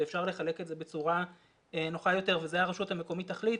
ואפשר לחלק את זה בצורה נוחה יותר וזה הרשות המקומית תחליט,